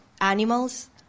animals